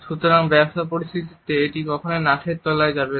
সুতরাং ব্যবসা পরিস্থিতিতে এটি কখনোই নাকের তলায় যাবে না